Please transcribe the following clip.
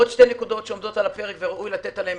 עוד שתי נקודות שעומדות על הפרק וראוי לתת עליהן